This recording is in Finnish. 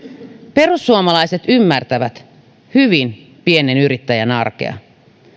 perussuomalaiset ymmärtävät hyvin pienen yrittäjän arkea